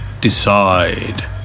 decide